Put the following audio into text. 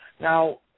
Now